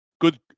Good